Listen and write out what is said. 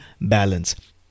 balance